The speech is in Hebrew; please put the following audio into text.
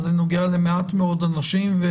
זה נוגע למעט מאוד אנשים.